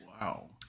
Wow